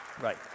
Right